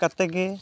ᱠᱟᱛᱮᱜᱮ